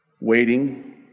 waiting